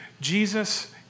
Jesus